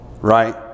right